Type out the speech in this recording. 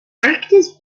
actors